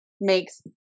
makes